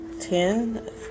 ten